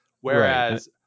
whereas